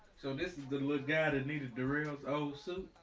so this is the little guy that needed darrell's old suit?